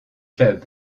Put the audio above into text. club